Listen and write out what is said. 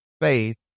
Faith